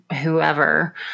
whoever